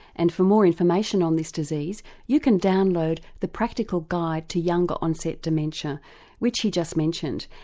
and for more information on this disease you can download the practical guide to younger onset dementia which he just mentioned,